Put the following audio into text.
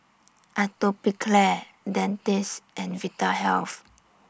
Atopiclair Dentiste and Vitahealth